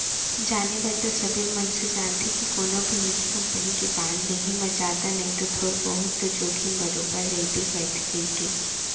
जाने बर तो सबे मनसे जानथें के कोनो भी निजी कंपनी के बांड लेहे म जादा नई तौ थोर बहुत तो जोखिम बरोबर रइबे करथे कइके